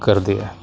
ਕਰਦੇ ਹੈ